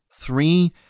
three